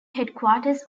headquarters